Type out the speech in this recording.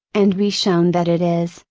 and be shown that it is,